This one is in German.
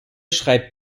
schreibt